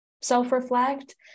self-reflect